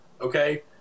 okay